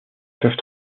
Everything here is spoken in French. peuvent